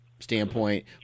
standpoint